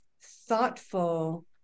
thoughtful